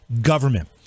government